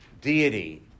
Deity